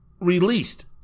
released